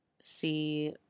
see